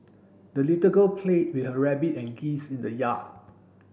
the little girl played with her rabbit and geese in the yard